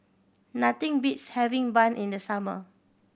nothing beats having bun in the summer